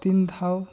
ᱛᱤᱱ ᱫᱷᱟᱣ